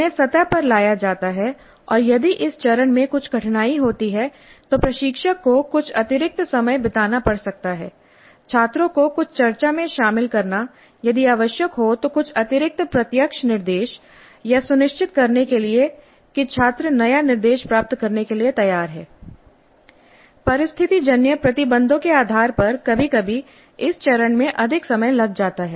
उन्हें सतह पर लाया जाता है और यदि इस चरण में कुछ कठिनाई होती है तो प्रशिक्षक को कुछ अतिरिक्त समय बिताना पड़ सकता है छात्रों को कुछ चर्चा में शामिल करना यदि आवश्यक हो तो कुछ अतिरिक्त प्रत्यक्ष निर्देश यह सुनिश्चित करने के लिए कि छात्र नया निर्देश प्राप्त करने के लिए तैयार हैंI परिस्थितिजन्य प्रतिबंधों के आधार पर कभी कभी इस चरण में अधिक समय लग सकता है